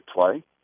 play